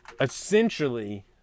essentially